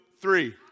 three